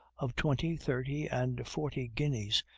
of twenty, thirty, and forty guineas,